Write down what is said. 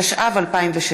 התשע"ו 2016,